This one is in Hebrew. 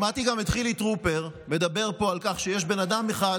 שמעתי גם את חילי טרופר מדבר פה על כך שיש בן אדם אחד,